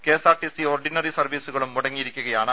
KSRTC ordinary സർവീസുകളും മുടങ്ങിയിരിക്കുകയാണ്